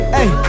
Hey